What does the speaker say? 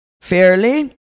fairly